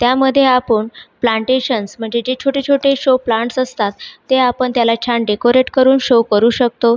त्यामध्ये आपण प्लांटेशन्स म्हणजे जे छोटे छोटे शो प्लांट्स असतात ते आपण त्याला छान डेकोरेट करून शो करू शकतो